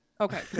Okay